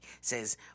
says